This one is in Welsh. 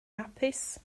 hapus